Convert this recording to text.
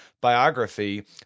biography